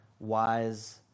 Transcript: Wise